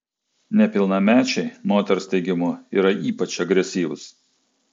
nepilnamečiai moters teigimu yra ypač agresyvūs